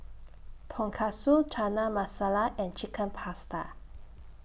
Tonkatsu Chana Masala and Chicken Pasta